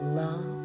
love